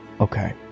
Okay